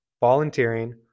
volunteering